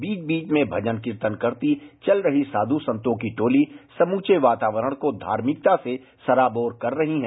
बीच बीच में भजन कीर्तन करती चल रही साधू संतों की टोली समूचे वातावरण को धार्मिकता से सराबार कर रही हैं